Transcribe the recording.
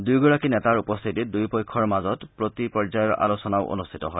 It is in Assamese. দুয়োগৰাকী নেতাৰ উপস্থিতিত দুয়োপক্ষৰ মাজত প্ৰতি পৰ্যায়ৰ আলোচনাও অনুষ্ঠিত হয়